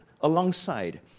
alongside